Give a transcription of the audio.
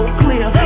clear